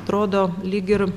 atrodo lyg ir